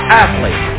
athlete